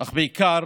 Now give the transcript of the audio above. אך בעיקר